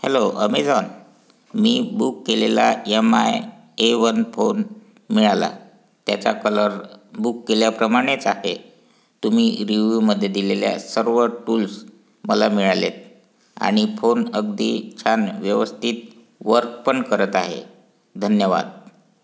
hello Amazon मी book केलेला M I A one phone मिळाला त्याचा कलर बुक केल्याप्रमाणेच आहे तुम्ही रिव्ह्यूमधे दिलेल्या सर्व टुल्स मला मिळालेत आणि फोन अगदी छान व्यवस्थित वर्कपण करत आहे धन्यवाद